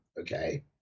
Okay